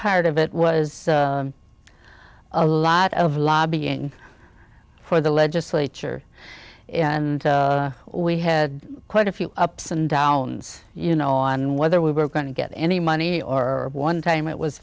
part of it was a lot of lobbying for the legislature and we had quite a few ups and downs you know on whether we were going to get any money or one time it was